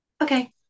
okay